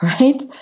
right